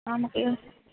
ஆமாக்கா இது வந்து